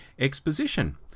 Exposition